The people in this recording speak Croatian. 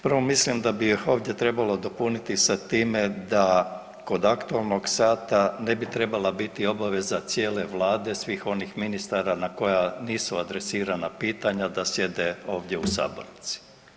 Prvo mislim da bi ovdje trebalo dopuniti sa time da kod aktualnog sata na bi trebala biti obaveza cijele Vlade svih onih ministara na koja nisu adresirana pitanja da sjede ovdje u sabornici.